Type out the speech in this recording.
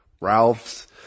Ralph's